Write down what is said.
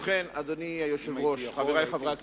ובכן, אדוני היושב-ראש, חברי חברי הכנסת,